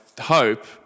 hope